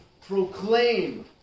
proclaim